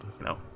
No